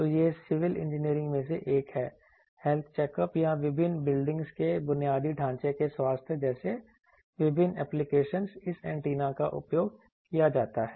तो यह civil engineering में से एक है हेल्थ चेकअप या विभिन्न बिल्डिंगज के बुनियादी ढांचे के स्वास्थ्य जैसे विभिन्न एप्लीकेशनस इस एंटीना का उपयोग किया जाता है